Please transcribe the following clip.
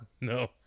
no